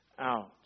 out